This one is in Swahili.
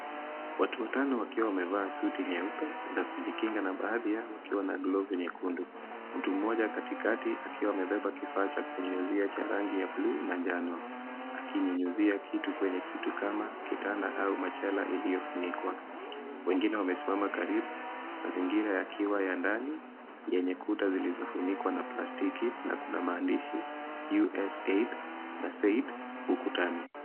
Watu watano wakiwa wamevaa suti nyeupe za kujikinga na baadhi yao wakiwa na glovu nyekundu. Mtu mmoja katikati akiwa amebeba kifaa cha kunyunyuzia cha rangi ya bluu na njano akinyunyuzia kitu kwenye kitu kama kitanda au machela iliyofunikwa. Wengine wamesimama karibu, mazingira yakiwa ya ndani yenye kuta zilizofunikwa na plastiki na kuna maandishi kama US Aid na SAID ndani.